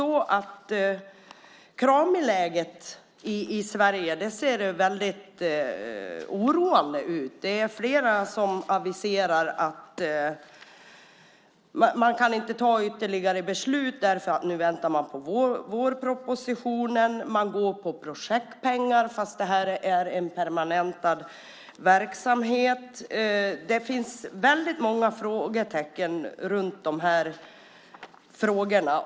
Kramiläget i Sverige ser väldigt oroande ut. Det är flera som aviserar att man inte kan fatta ytterligare beslut därför att man väntar på vårpropositionen. Man går på projektpengar fast detta är en permanentad verksamhet. Det finns väldigt många frågetecken i de här frågorna.